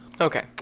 Okay